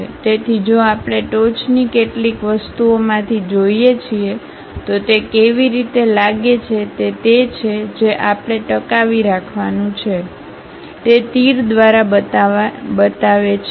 તેથી જો આપણે ટોચની કેટલીક વસ્તુઓમાંથી જોઈએ છીએ તો તે કેવી રીતે લાગે છે તે તે છે જે આપણે ટકાવી રાખવાનું છે તે તે તીર દ્વારા બતાવે છે